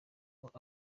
power